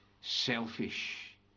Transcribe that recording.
selfish